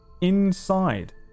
inside